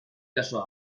cassó